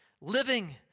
living